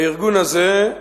הארגון הזה,